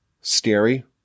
scary